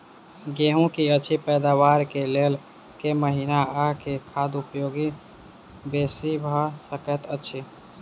गेंहूँ की अछि पैदावार केँ लेल केँ महीना आ केँ खाद उपयोगी बेसी भऽ सकैत अछि?